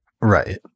Right